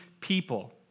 people